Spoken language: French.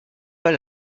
pas